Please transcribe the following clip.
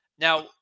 Now